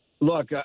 Look